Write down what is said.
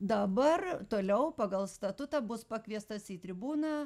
dabar toliau pagal statutą bus pakviestas į tribūną